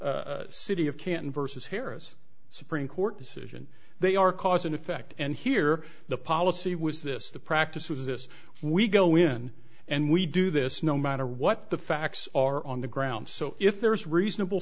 city of canton versus harris supreme court decision they are cause and effect and here the policy was this the practice of this we go in and we do this no matter what the facts are on the ground so if there is reasonable